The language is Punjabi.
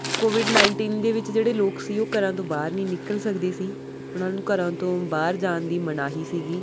ਕੋਵਿਡ ਨਾਈਨਟੀਨ ਦੇ ਵਿੱਚ ਜਿਹੜੇ ਲੋਕ ਸੀ ਉਹ ਘਰਾਂ ਤੋਂ ਬਾਹਰ ਨਹੀਂ ਨਿਕਲ ਸਕਦੇ ਸੀ ਉਹਨਾਂ ਨੂੰ ਘਰਾਂ ਤੋਂ ਬਾਹਰ ਜਾਣ ਦੀ ਮਨਾਹੀ ਸੀਗੀ